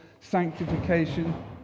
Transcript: sanctification